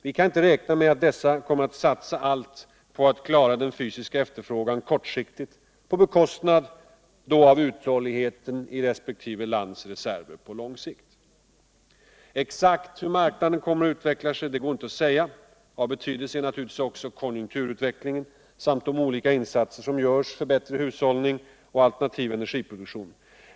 Vi kan inte räkna med att dessa kommer att vilja satsa allt för att klara den fysiska efterfrågan kortsiktigt och på bekostnad av uthålligheten i resp. lands reserver på lång sikt. Exakt hur marknaden kommer att utvecklas går det inte att säga. Av betydelse är naturligtvis också konjunkturutvecklingen samt de olika insatser som görs för bättre hushållning och alternativ energiproduktion.